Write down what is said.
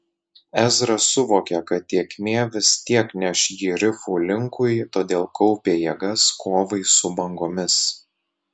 ezra suvokė kad tėkmė vis tiek neš jį rifų linkui todėl kaupė jėgas kovai su bangomis